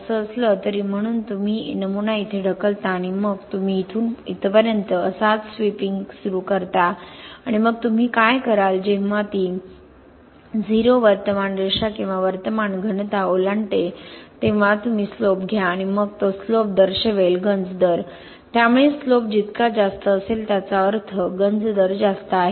असं असलं तरी म्हणून तुम्ही नमुना इथे ढकलता आणि मग तुम्ही इथून इथपर्यंत असाच स्वीपिंग सुरू करता आणि मग तुम्ही काय कराल जेव्हा ती 0 वर्तमान रेषा किंवा वर्तमान घनता ओलांडते तेव्हा तुम्ही स्लोप घ्या आणि मग तो स्लोप दर्शवेल गंज दर त्यामुळे स्लोप जितका जास्त असेल त्याचा अर्थ गंज दर जास्त आहे